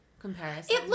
comparison